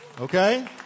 Okay